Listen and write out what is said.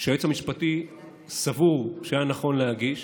שהיועץ המשפטי סבור שהיה נכון להגיש